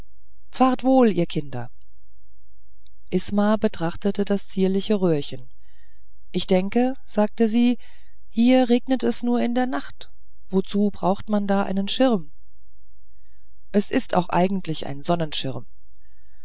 fahrt wohl ihr kinder isma betrachtete das zierliche röhrchen ich denke sagte sie hier regnet es nur in der nacht wozu braucht man da einen schirm es ist auch eigentlich ein sonnenschirm